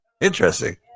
Interesting